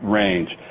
range